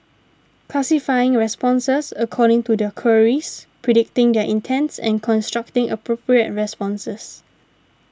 classifying responses according to their queries predicting their intents and constructing appropriate responses